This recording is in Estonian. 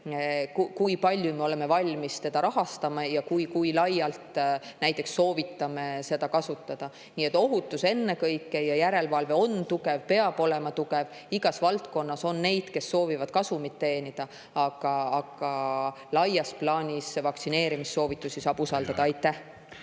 kui palju me oleme valmis selle eest maksma ja kui laialt soovitame seda kasutada. Nii et ohutus ennekõike. Ja järelevalve on tugev, peab olema tugev. Igas valdkonnas on neid, kes soovivad kasumit teenida, aga laias plaanis vaktsineerimissoovitusi saab usaldada. Aitäh!